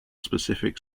specific